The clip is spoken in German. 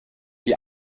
die